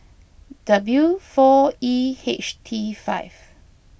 W four E H T five